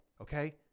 Okay